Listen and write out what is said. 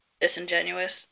disingenuous